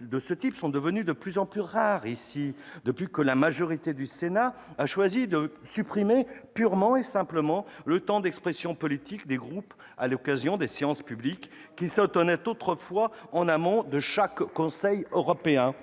de ce genre sont devenues de plus en plus rares dans cette enceinte depuis que la majorité du Sénat a choisi de supprimer purement et simplement le temps d'expression politique des groupes à l'occasion des débats en séance publique qui se tenaient autrefois en amont de chaque Conseil européen.